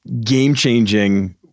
game-changing